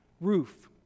roof